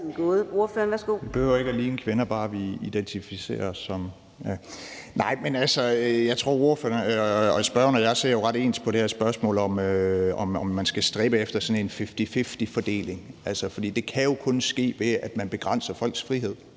vi behøver ikke at ligne kvinder, bare vi identificerer os som det? Nej, men jeg tror, at spørgeren og jeg ser ret ens på det her spørgsmål om, om man skal stræbe efter sådan en fifty-fifty-fordeling. Altså, det kan jo kun ske, ved at man begrænser folks frihed.